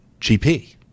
GP